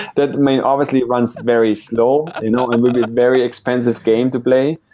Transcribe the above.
that may obviously run so very slow you know and would be a very expensive game to play,